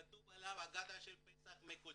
כתוב עליו אגדה של פסח מקוצ'ין.